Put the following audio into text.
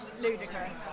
ludicrous